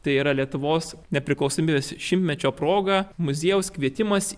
tai yra lietuvos nepriklausomybės šimtmečio proga muziejaus kvietimas